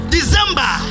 December